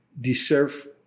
deserve